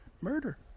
Murder